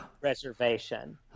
reservation